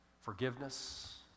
forgiveness